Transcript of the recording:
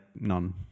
none